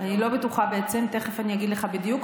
אני לא בטוחה בעצם, תכף אני אגיד לך בדיוק.